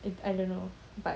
it I don't know but